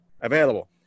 Available